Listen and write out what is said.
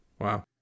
Wow